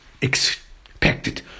expected